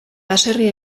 baserri